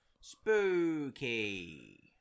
Spooky